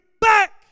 back